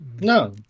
No